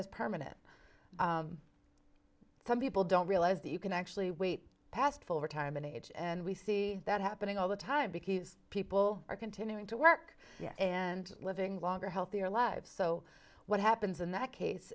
people don't realize that you can actually wait past full retirement age and we see that happening all the time because people are continuing to work and living longer healthier lives so what happens in that case